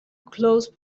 close